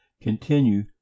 continue